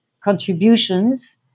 contributions